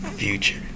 future